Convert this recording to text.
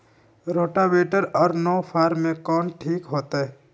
Rotavator और नौ फ़ार में कौन ठीक होतै?